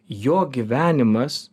jo gyvenimas